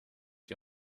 die